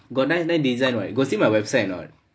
got nice nice design [what] got see my website or not